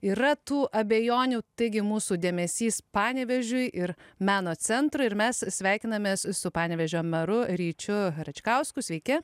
yra tų abejonių taigi mūsų dėmesys panevėžiui ir meno centrui ir mes sveikinamės su panevėžio meru ryčiu račkausku sveiki